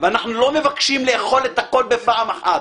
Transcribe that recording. ואנחנו לא מבקשים לאכול הכול בפעם אחת.